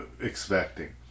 expecting